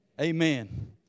amen